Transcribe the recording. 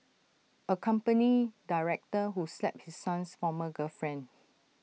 A company director who slapped his son's former girlfriend